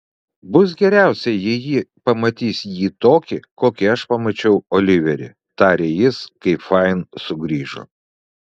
bus geriausia jei ji pamatys jį tokį kokį aš pamačiau oliverį tarė jis kai fain sugrįžo